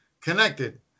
connected